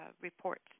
reports